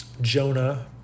Jonah